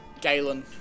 Galen